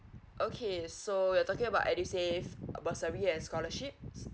okay so you're talking about edusave bursary and scholarships